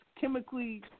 chemically